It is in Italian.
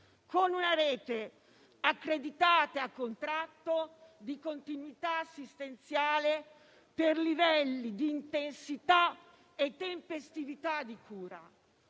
con una rete accreditata e a contratto di continuità assistenziale per livelli di intensità e tempestività di cura: